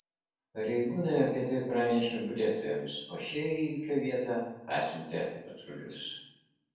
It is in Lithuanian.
pareigūnai apie tai pranešė budėtojams o šie į įvykio vietą pasiuntė patrulius